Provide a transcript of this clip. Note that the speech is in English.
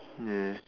ya